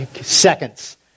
Seconds